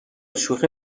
شوخی